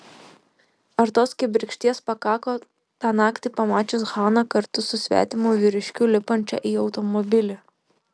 ar tos kibirkšties pakako tą naktį pamačius haną kartu su svetimu vyriškiu lipančią į automobilį